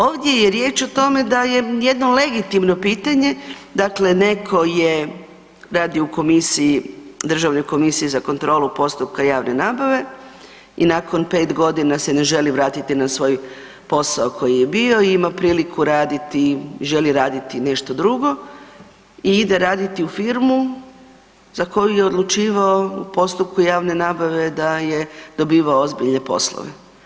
Ovdje je riječ o tome da je jedno legitimno pitanje, dakle neko je radio u komisiji, Državnoj komisiji za kontrolu postupka javne nabave i nakon 5 g. se ne želi vratiti na svoj koji je bio i ima priliku raditi i želi raditi nešto drugo i ide raditi u firmu za koju je odlučivao u postupku javne nabave da je dobivao ozbiljne poslove.